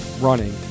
running